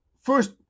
first